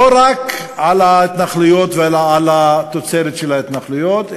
לא רק על ההתנחלויות ועל התוצרת של ההתנחלויות,